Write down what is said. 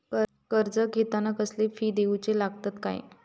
कर्ज घेताना कसले फी दिऊचे लागतत काय?